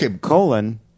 colon